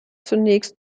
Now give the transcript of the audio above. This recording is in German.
zunächst